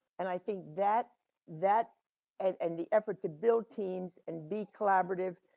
and i think that that and and the effort to build teams, and be collaborative,